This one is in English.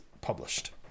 published